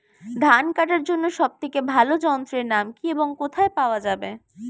ধান কাটার জন্য সব থেকে ভালো যন্ত্রের নাম কি এবং কোথায় পাওয়া যাবে?